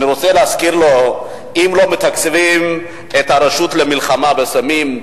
אני רוצה להזכיר לו שאם לא מתקצבים את הרשות למלחמה בסמים,